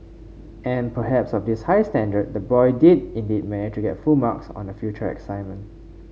and perhaps of this high standard the boy did indeed manage to get full marks on a future assignment